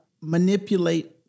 manipulate